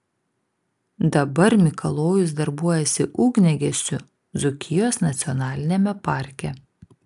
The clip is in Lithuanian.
dabar mikalojus darbuojasi ugniagesiu dzūkijos nacionaliniame parke